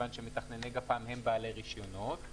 מכיוון שמתכנני גפ"מ הם בעלי רישיונות.